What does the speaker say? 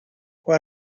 fue